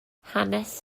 hanes